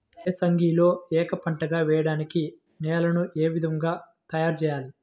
ఏసంగిలో ఏక పంటగ వెయడానికి నేలను ఏ విధముగా తయారుచేయాలి?